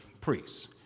priests